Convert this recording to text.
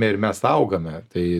ir mes augame tai